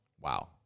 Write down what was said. Wow